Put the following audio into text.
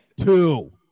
Two